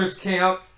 camp